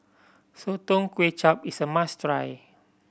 Sotong Char Kway is a must try